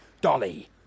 Dolly